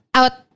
out